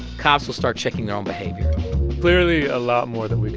cops will start checking their own behavior clearly a lot more that